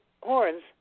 horns